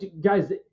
guys